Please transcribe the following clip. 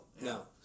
No